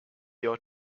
your